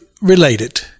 related